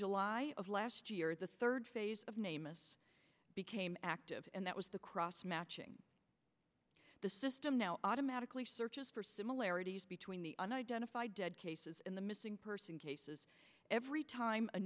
july of last year the third phase of name is became active and that was the cross matching the system now automatically searches for similarities between the unidentified dead cases and the missing person cases every time a